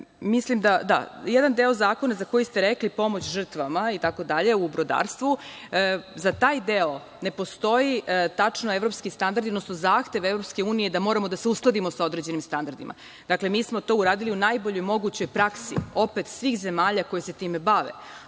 privatizacije. Jedan deo zakona za koji ste rekli, pomoć žrtvama itd. u brodarstvu, za taj deo postoje tačno evropski standardi, odnosno zahtev EU da moramo da se uskladimo sa određenim standardima. Dakle, mi smo to uradili u najboljoj mogućoj praksi svih zemalja koji se time bave.